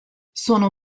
sono